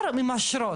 מנהל חטיבה בהסתדרות,